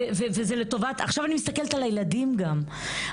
עכשיו אני מסתכלת על הילדים גם,